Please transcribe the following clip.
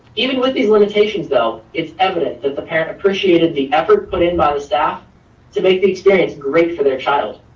even with these limitations though, it's evident that the parents appreciated the effort put in by the staff to make the experience great for their child.